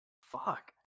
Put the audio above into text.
Fuck